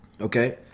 okay